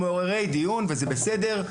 או מעורר דיון וזה בסדר,